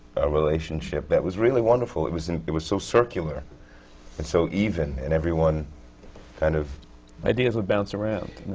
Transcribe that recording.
a relationship that was really wonderful. it was and it was so circular and so even, and everyone kind of ideas would bounce around.